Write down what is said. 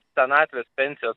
senatvės pensijos